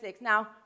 Now